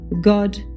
God